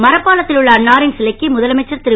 மரப்பாலத்தில் உள்ள அன்னாரின் சிலைக்கு முதலமைச்சர் திரு